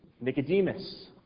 Nicodemus